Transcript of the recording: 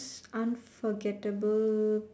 unforgettable